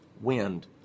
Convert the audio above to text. wind